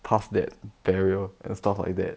past that barrier and stuff like that